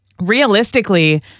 realistically